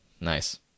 Nice